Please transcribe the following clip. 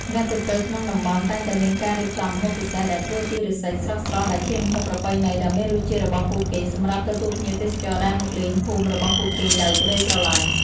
មគ្គុទ្ទេសក៍ក្នុងតំបន់តែងតែមានការរៀបចំម្ហូបពិសេសដែលធ្វើពីឫស្សីស្រស់ៗដែលជាម្ហូបប្រពៃណីដ៏មានរសជាតិរបស់ពួកគេសម្រាប់ទទួលភ្ញៀវទេសចរដែលមកលេងភូមិរបស់ពួកគេដោយក្ដីស្រឡាញ់។